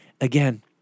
again